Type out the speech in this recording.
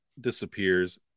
disappears